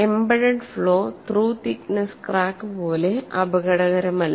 embedded flaw through thickness crack പോലെ അപകടകരമല്ല